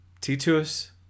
Titus